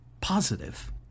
positive